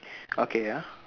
okay ah